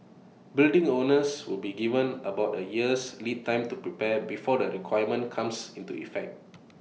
building owners will be given about A year's lead time to prepare before the requirement comes into effect